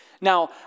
Now